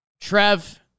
trev